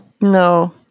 no